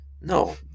No